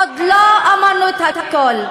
עוד לא אמרנו את הכול,